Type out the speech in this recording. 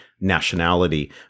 nationality